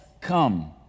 come